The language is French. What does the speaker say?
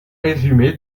résumé